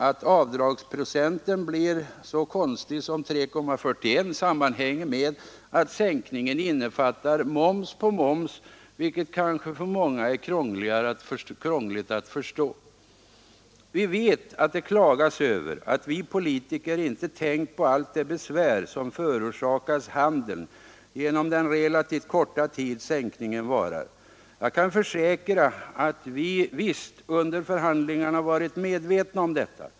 Att avdragsprocenten blir så konstig som 3,41 sammanhänger med att sänkningen innefattar moms på moms, vilket kanske för många är krångligt att förstå. Vi vet att det klagas över att vi politiker inte tänkt på allt det besvär som förorsakas handeln genom den relativt korta tid sänkningen varar. Jag kan försäkra att vi under förhandlingarna visst varit medvetna om detta.